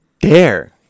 dare